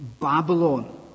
Babylon